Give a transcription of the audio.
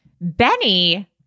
Benny